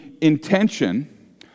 intention